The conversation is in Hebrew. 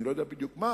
אני לא יודע בדיוק מה,